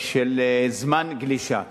של זמן גלישה.